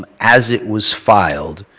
um as it was filed,